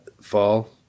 fall